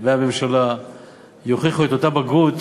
והממשלה יוכיחו אותה בגרות